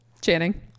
Channing